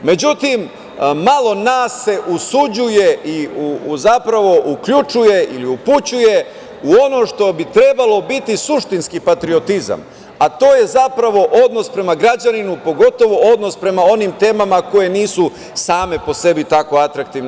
Međutim, malo nas se usuđuje, zapravo uključuje ili upućuje u ono što bi trebalo biti suštinski patriotizam, a to je zapravo odnos prema građaninu, pogotovo odnos prema onim temama koje nisu same po sebi tako atraktivne.